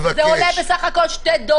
אני מבקש --- זה עולה בסך הכול 2 דולר.